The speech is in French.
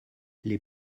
les